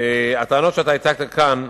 הטענות שאתה הצגת כאן,